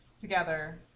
together